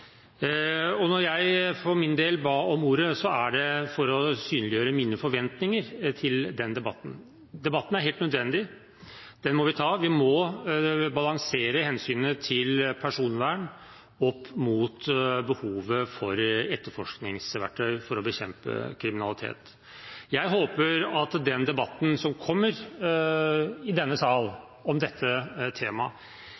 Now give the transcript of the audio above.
debatt. Når jeg for min del ba om ordet, var det for å synliggjøre mine forventninger til den debatten. Debatten er helt nødvendig – den må vi ta. Vi må balansere hensynet til personvern opp mot behovet for etterforskningsverktøy for å bekjempe kriminalitet. Jeg håper at den debatten om dette temaet som kommer i denne